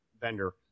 vendor